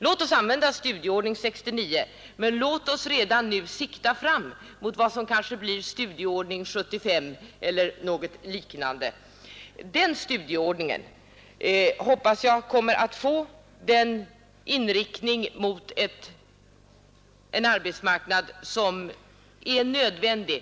Låt oss använda Studieordning 69, men låt oss redan nu sikta fram mot vad som kanske blir Studieordning 75 eller något liknande. Den studieordningen hoppas jag också kommer att få den inriktning mot arbetsmarknaden som är nödvändig.